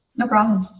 no problem.